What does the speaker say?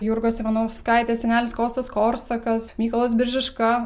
jurgos ivanauskaitės senelis kostas korsakas mykolas biržiška